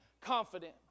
confident